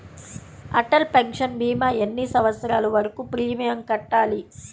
Atal pension భీమా ఎన్ని సంవత్సరాలు వరకు ప్రీమియం కట్టాలి?